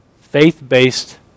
faith-based